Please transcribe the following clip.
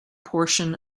portion